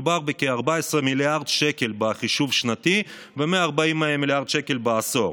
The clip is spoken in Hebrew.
מדובר בכ-14 מיליארד שקל בחישוב שנתי ו-140 מיליארד שקל בעשור.